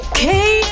Okay